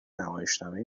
نمایشنامه